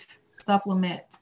supplement